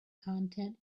content